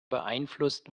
beeinflusst